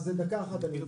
בדקה אחת אני אסביר.